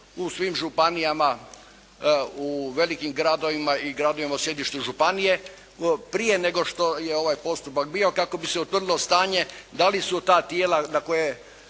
u svim županijama, u velikim gradovima i gradovima u sjedištu županije, prije nego što je ovaj postupak bio kako bi se utvrdilo stanje da li su ta tijela na koje